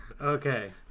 okay